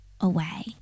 away